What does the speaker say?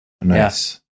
Nice